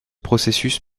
processus